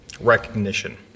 recognition